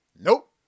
Nope